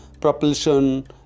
propulsion